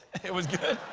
it was good?